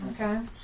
Okay